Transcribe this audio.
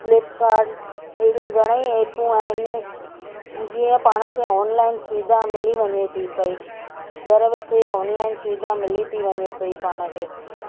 Flipkart अहिड़ियूं घणेई ऐपियूं आहिनि जीअं पाण खे ऑनलाइन सुविधा मिली वञे थी पई घरु वेठे ऑनलाइन सुविधा मिली थी वञे पई पाण खे